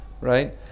right